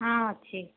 ହଁ ଅଛି